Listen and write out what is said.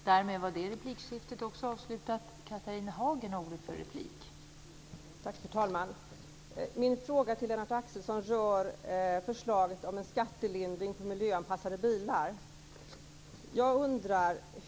Fru talman! Min fråga till Lennart Axelsson rör förslaget om en skattelindring på miljöanpassade bilar.